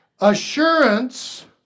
assurance